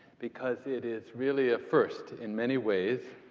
because it is really a first in many ways.